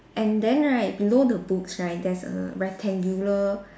and then right below the books right there's a rectangular